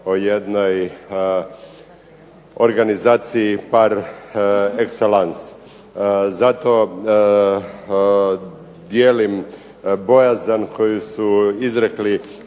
o jednoj organizaciji par exellanc. Zato dijelim bojazan koju su izrekli